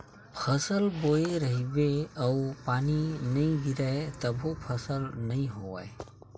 फसल बोए रहिबे अउ पानी नइ गिरिय तभो फसल नइ होवय